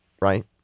right